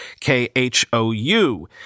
KHOU